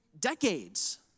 decades